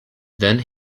then